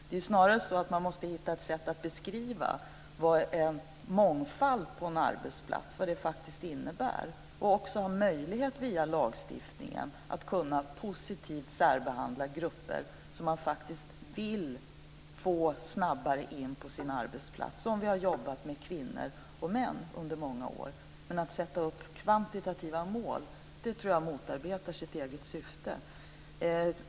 Det är snarare så att man måste hitta ett sätt att beskriva vad mångfald på en arbetsplats faktiskt innebär och att också ha möjlighet att via lagstiftningen positivt särbehandla grupper som man vill få in snabbare på arbetsplatser, på samma sätt som vi har jobbat med kvinnor och män under många år. Men att sätta upp kvantitativa mål tror jag motarbetar sitt eget syfte.